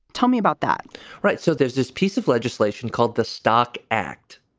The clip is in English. tell me about that right. so there's this piece of legislation called the stock act.